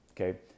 Okay